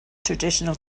traditional